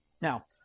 Now